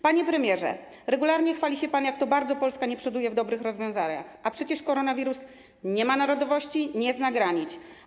Panie premierze, regularnie chwali się pan, jak to bardzo Polska przoduje w dobrych rozwiązaniach, a przecież koronawirus nie ma narodowości, nie zna granic.